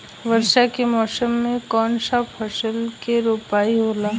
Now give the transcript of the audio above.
वर्षा के मौसम में कौन सा फसल के रोपाई होला?